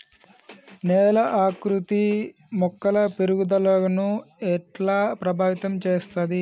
నేల ఆకృతి మొక్కల పెరుగుదలను ఎట్లా ప్రభావితం చేస్తది?